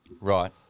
Right